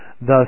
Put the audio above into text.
thus